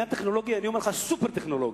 אני אומר לך שזה עניין סופר-טכנולוגי.